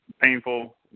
painful